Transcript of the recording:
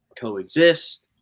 coexist